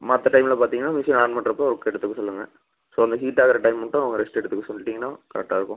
மற்ற டைம்ல பார்த்தீங்கன்னா மிஷின் ஆன் பண்ணுறப்ப ஒர்க் எடுத்துக்க சொல்லுங்கள் ஸோ அந்த ஹீட்டாகிற டைம் மட்டும் அவங்க ரெஸ்ட் எடுத்துக்க சொல்லிட்டீங்கன்னா கரெக்டாக இருக்கும்